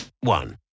one